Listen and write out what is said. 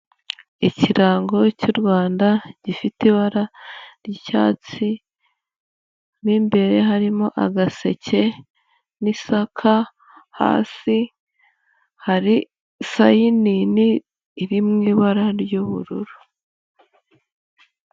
Ikirango cy'u Rwanda gifite ibara ry'icyatsi mo imbere harimo agaseke n'isaka, hasi hari sayinini iri mu ibara ry'ubururu.